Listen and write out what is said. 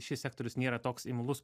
šis sektorius nėra toks imlus